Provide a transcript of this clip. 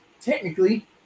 Technically